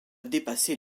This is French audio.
dépasser